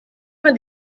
man